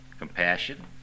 Compassion